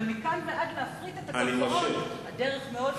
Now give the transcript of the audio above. אבל מכאן ועד להפריט את הקרקעות הדרך ארוכה מאוד.